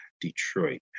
Detroit